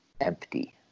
empty